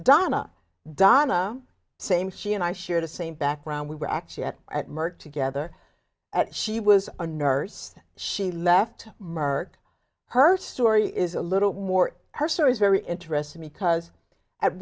donna donna same she and i share the same background we were actually at at merck together at she was a nurse she left merck her story is a little more her story is very interesting because at